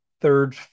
third